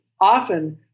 often